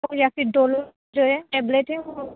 اور یا پھر ڈولو جو ہے ٹیبلٹ ہے وہ